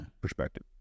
perspective